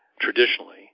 traditionally